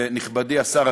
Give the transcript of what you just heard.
ונכבדי השר,